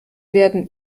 werden